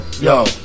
Yo